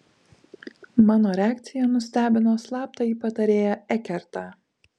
mano reakcija nustebino slaptąjį patarėją ekertą